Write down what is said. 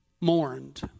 mourned